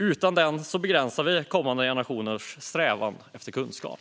Utan den begränsar vi kommande generationers strävan efter kunskap.